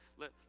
let